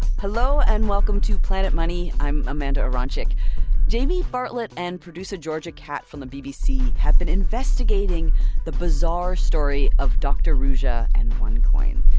hello, and welcome to planet money. i'm amanda aronczyk jamie bartlett and producer georgia catt from the bbc have been investigating the bizarre story of dr. ruja and onecoin.